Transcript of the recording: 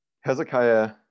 Hezekiah